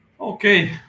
Okay